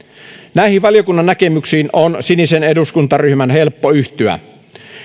näihin valiokunnan näkemyksiin on sinisen eduskuntaryhmän helppo yhtyä